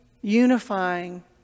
unifying